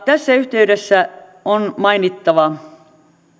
tässä yhteydessä on mainittava